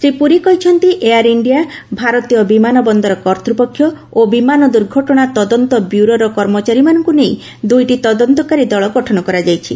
ଶ୍ରୀ ପୁରୀ କହିଛନ୍ତି Air India ଭାରତୀୟ ବିମାନ ବନ୍ଦର କର୍ତ୍ତୃପକ୍ଷ ଓ ବିମାନ ଦୁର୍ଘଟଣା ତଦନ୍ତ ବ୍ୟୁରୋର କର୍ମଚାରୀମାନଙ୍କୁ ନେଇ ଦୁଇଟି ତଦନ୍ତକାରୀ ଦଳ ଗଠନ କରାଯାଇଛି